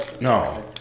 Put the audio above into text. No